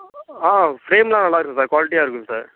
ஆ ஃப்ரேம்லாம் நல்லா இருக்கும் சார் குவாலிட்டியாக இருக்கும் சார்